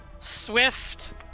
Swift